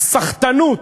הסחטנות